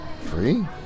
Free